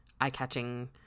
eye-catching